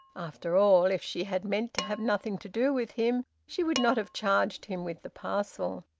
after all, if she had meant to have nothing to do with him, she would not have charged him with the parcel.